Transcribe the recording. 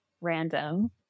random